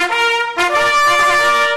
(מחיאות כפיים)